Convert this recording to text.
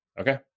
Okay